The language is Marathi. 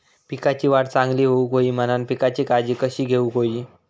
पिकाची वाढ चांगली होऊक होई म्हणान पिकाची काळजी कशी घेऊक होई?